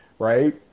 Right